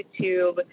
YouTube